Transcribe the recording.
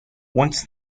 once